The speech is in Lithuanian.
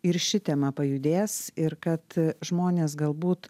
ir ši tema pajudės ir kad žmonės galbūt